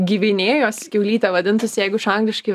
gvinėjos kiaulytė vadintųsi jeigu iš angliškai